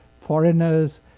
foreigners